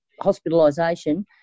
hospitalisation